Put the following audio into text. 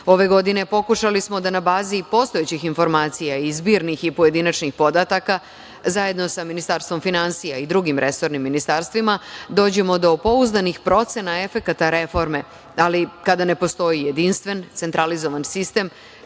Ove godine pokušali smo da na bazi postojećih informacija i zbirnih i pojedinačnih podataka, zajedno sa Ministarstvom finansija i drugim resornim ministarstvima, dođemo do pouzdanih procena efekata reforme. Ali, kada ne postoji jedinstven centralizovan sistem,